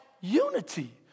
unity